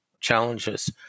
challenges